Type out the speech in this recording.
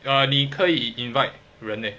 ah 你可以 invite 人 leh